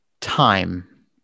time